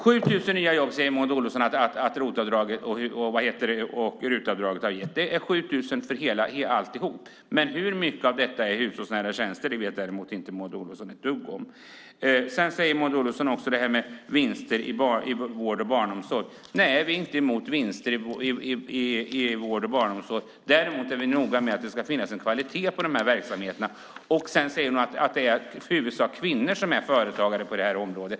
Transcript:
7 000 nya jobb säger Maud Olofsson att ROT-avdraget och RUT-avdraget totalt har gett. Men hur mycket av detta som gäller hushållsnära tjänster vet Maud Olofsson inte ett dugg om. Maud Olofsson talar också om vinsten inom vård och barnomsorg. Nej, vi är inte emot vinst inom vård och barnomsorg. Däremot är vi noga med att det ska finnas en kvalitet i de här verksamheterna. Maud Olofsson säger också att det i huvudsak är kvinnor som är företagare på området.